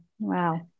Wow